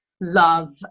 love